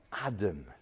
Adam